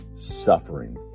suffering